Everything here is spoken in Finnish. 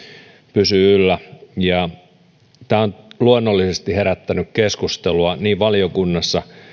pysyy yllä tämä on luonnollisesti herättänyt keskustelua niin valiokunnassa